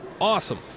awesome